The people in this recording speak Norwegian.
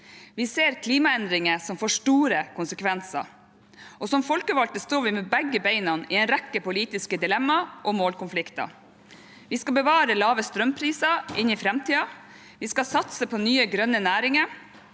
Vi ser klimaendringer som får store konsekvenser, og som folkevalgte står vi med begge beina i en rekke politiske dilemmaer og målkonflikter. Vi skal bevare lave strømpriser inn i framtiden, vi skal satse på nye grønne næringer,